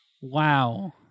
Wow